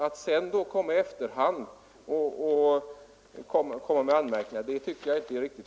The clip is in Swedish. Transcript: Att sedan komma med anmärkningar är inte riktigt